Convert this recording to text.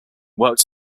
worked